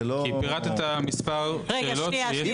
רגע, רגע.